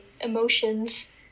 emotions